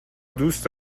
دوست